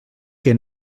que